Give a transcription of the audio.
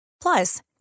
Plus